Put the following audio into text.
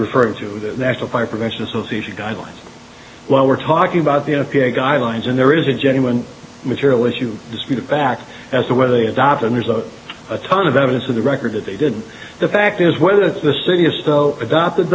referring to the national fire prevention association guidelines while we're talking about the guidelines and there is a genuine material issue back as to whether they adopt and there's a ton of evidence of the record that they did the fact is whether the city is still a